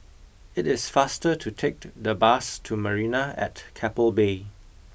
it is faster to take the bus to Marina at Keppel Bay